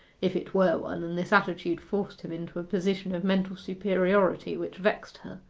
if it were one and this attitude forced him into a position of mental superiority which vexed her.